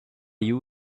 you